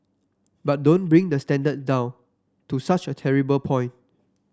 but don't bring the standard down to such a terrible point